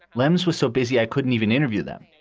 lems was so busy i couldn't even interview them.